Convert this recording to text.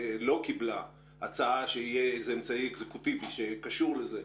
לא קיבלה הצעה שיהיה איזה אמצעי אקזקוטיבי שקשור לזה,